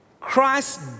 Christ